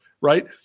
right